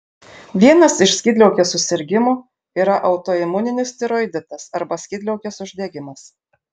vienas iš skydliaukės susirgimų yra autoimuninis tiroiditas arba skydliaukės uždegimas